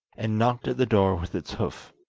and knocked at the door with its hoof.